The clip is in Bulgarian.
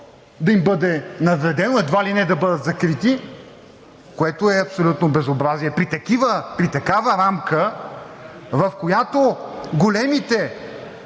да им бъде навредено, едва ли не да бъдат закрити, което е абсолютно безобразие. При такава рамка, в която големите